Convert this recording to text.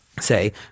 say